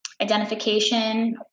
identification